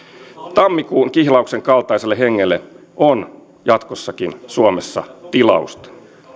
tammikuun kihlauksen kaltaiselle hengelle on jatkossakin suomessa tilausta